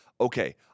okay